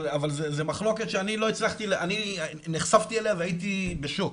אבל זו מחלוקת שאני נחשפתי אליה והייתי בשוק.